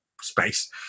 space